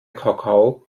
kakao